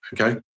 Okay